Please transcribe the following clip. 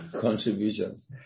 contributions